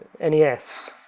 NES